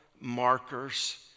markers